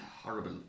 horrible